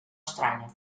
estranya